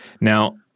Now